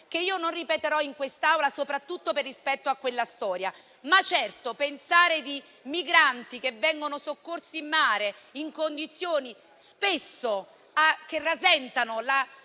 che io non ripeterò in quest'Aula, soprattutto per rispetto a quella storia, ma non si può non pensare a quei migranti che vengono soccorsi in mare in condizioni che spesso rasentano la